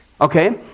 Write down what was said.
okay